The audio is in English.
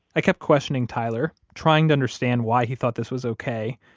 i kept questioning tyler, trying to understand why he thought this was ok,